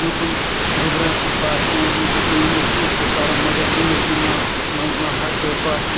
دوٚپُن گوٚبرا ژٕ پَر چانہِ موٗجوٗب پیٚیِن مےٚکینٛہہ تہِ کَرُن مگر زندگی ما منٛز ما ہَٹ ژٕ پَتھ